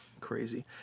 crazy